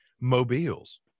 mobiles